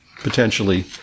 potentially